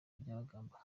byabagamba